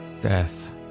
death